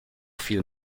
viel